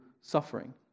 suffering